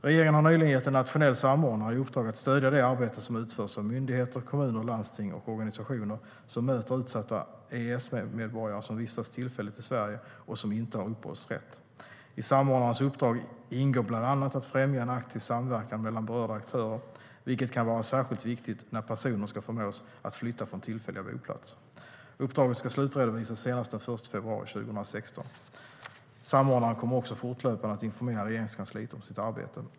Regeringen har nyligen gett en nationell samordnare i uppdrag att stödja det arbete som utförs av myndigheter, kommuner, landsting och organisationer som möter utsatta EES-medborgare som vistas tillfälligt i Sverige och som inte har uppehållsrätt. I samordnarens uppdrag ingår bland annat att främja en aktiv samverkan mellan berörda aktörer, vilket kan vara särskilt viktigt när personer ska förmås att flytta från tillfälliga boplatser. Uppdraget ska slutredovisas senast den 1 februari 2016. Samordnaren kommer också fortlöpande att informera Regeringskansliet om sitt arbete.